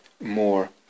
more